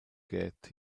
get